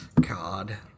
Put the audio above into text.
God